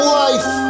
life